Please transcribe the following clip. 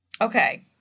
Okay